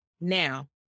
now